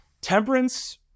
Temperance